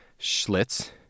Schlitz